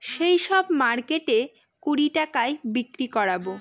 সেই সব মার্কেটে কুড়ি টাকায় বিক্রি করাবো